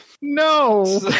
No